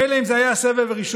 מילא אם זה היה הסבב הראשון,